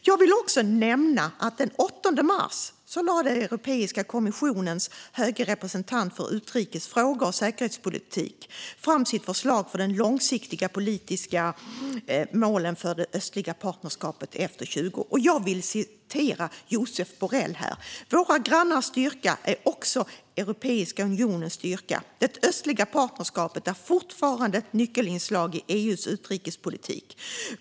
Jag vill även nämna att Europeiska kommissionens höge representant för utrikes frågor och säkerhetspolitik den 8 mars lade fram sitt förslag för de långsiktiga politiska målen för det östliga partnerskapet efter 2020. Jag vill citera Josep Borrell här. "Våra grannars styrka är också Europeiska unionens styrka. Det östliga partnerskapet är fortfarande ett nyckelinslag i EU:s utrikespolitik.